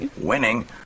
Winning